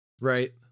Right